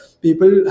People